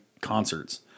concerts